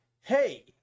hey